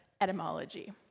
etymology